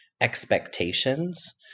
expectations